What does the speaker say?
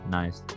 nice